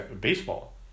baseball